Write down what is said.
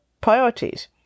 priorities